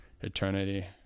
eternity